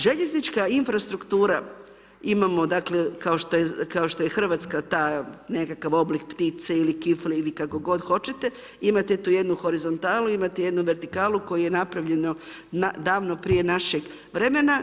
Željeznička infrastruktura, imamo dakle kao što je Hrvatska ta, nekakav oblik ptice ili kifle ili kako god hoćete, imate tu jednu horizontalu, imate jednu vertikalu koju je napravljeno davno prije našeg vremena.